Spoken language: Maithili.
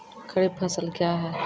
खरीफ फसल क्या हैं?